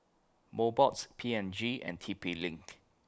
Mobots P and G and T P LINK